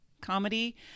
comedy